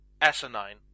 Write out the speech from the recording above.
asinine